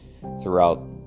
throughout